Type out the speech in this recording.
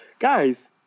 Guys